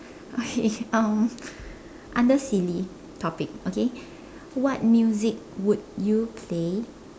okay um under silly topic okay what music would you play